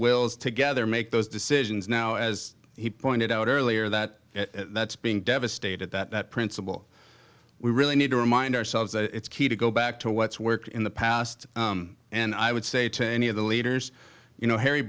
wills together make those decisions now as he pointed out earlier that that's being devastated that principle we really need to remind ourselves it's key to go back to what's worked in the past and i would say to any of the leaders you know harry